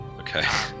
Okay